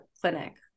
clinic